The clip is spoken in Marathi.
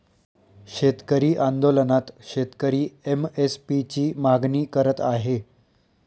शेतकरी आंदोलनात शेतकरी एम.एस.पी ची मागणी करत आहे